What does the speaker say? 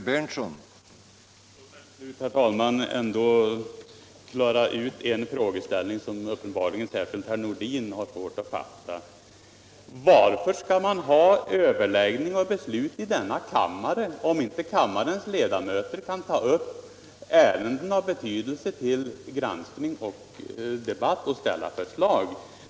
Herr talman! Låt mig till slut ändå klara ut den frågeställning, som uppenbarligen särskilt herr Nordin har svårt att fatta. Varför skall man ha överläggning och beslut i denna kammare om inte kammarens ledamöter kan ta upp ärenden av betydelse till granskning och debatt och ställa förslag?